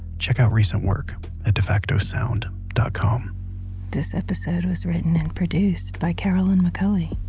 check out recent work at defactosound dot com this episode was written and produced by carolyn mcculley.